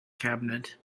cabinet